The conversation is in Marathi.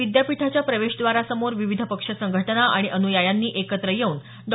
विद्यापीठाच्या प्रवेशद्वारासमोर विविध पक्ष संघटना आणि अनुयायांनी एकत्र येऊन डॉ